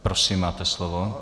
Prosím, máte slovo.